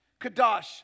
Kadosh